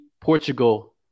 Portugal